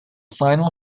final